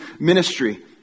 ministry